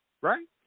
Right